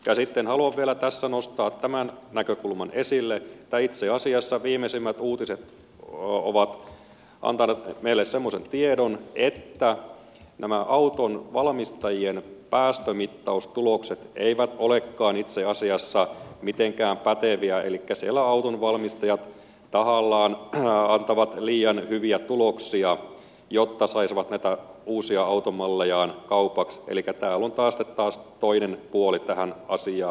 sitten haluan vielä tässä nostaa tämän näkökulman esille tai itse asiassa viimeisimmät uutiset ovat antaneet meille semmoisen tiedon että nämä autonvalmistajien päästömittaustulokset eivät olekaan itse asiassa mitenkään päteviä elikkä siellä autonvalmistajat tahallaan antavat liian hyviä tuloksia jotta saisivat näitä uusia automallejaan kaupaksi elikkä täällä on taas tämä toinen puoli tähän asiaan